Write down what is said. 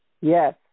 Yes